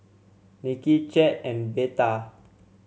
Nicki Chet and Betha